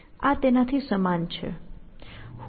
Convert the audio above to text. હું અહીં D નો ઉપયોગ કરીશ